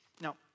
Now